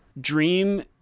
Dream